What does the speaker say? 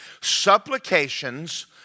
supplications